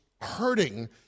hurting